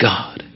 God